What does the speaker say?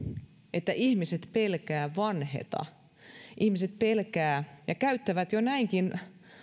että ihmiset pelkäävät vanheta ihmiset pelkäävät ja käyttävät jo näinkin